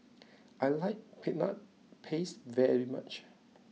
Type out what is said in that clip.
I like Peanut Paste very much